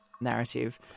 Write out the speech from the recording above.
narrative